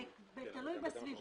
תלוי בסביבה.